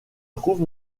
trouve